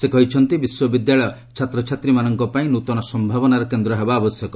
ସେ କହିଛନ୍ତି ବିଶ୍ୱବିଦ୍ୟାଳୟ ଛାତ୍ରଛାତ୍ରୀମାନଙ୍କ ପାଇଁ ନୃତନ ସମ୍ଭାବନାର କେନ୍ଦ୍ର ହେବା ଆବଶ୍ୟକ